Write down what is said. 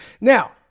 Now